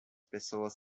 pessoas